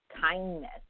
kindness